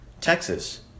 Texas